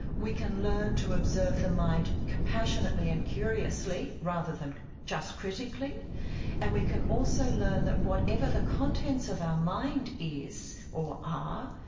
we can learn to observe the mind compassionately and curiously rather than just critically and we can also learn that whatever the contents of our mind is or are,